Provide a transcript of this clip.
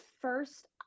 first